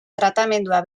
tratamendua